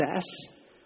success